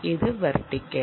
ഇത് വെർട്ടിക്കൽ